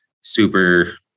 super